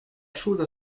chose